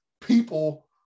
people